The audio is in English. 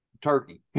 turkey